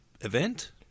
event